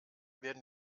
werden